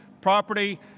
property